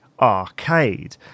arcade